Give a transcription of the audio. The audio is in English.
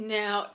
now